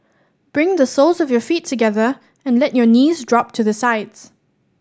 bring the soles of your feet together and let your knees drop to the sides